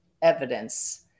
evidence